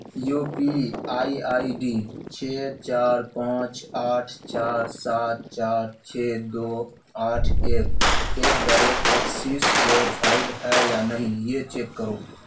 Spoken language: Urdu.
you P I I D چھ چار پانچ آٹھ چار سات چار چھ دو آٹھ ایک at the rate axis verified ہے یا نہیں یہ چیک کرو